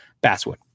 basswood